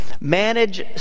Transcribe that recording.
Manage